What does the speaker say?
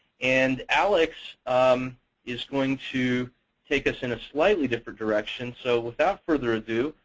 and alex is going to take us in a slightly different direction. so without further ado,